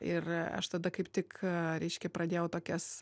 ir aš tada kaip tik reiškia pradėjau tokias